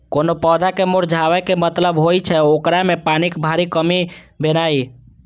कोनो पौधा के मुरझाबै के मतलब होइ छै, ओकरा मे पानिक भारी कमी भेनाइ